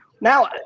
Now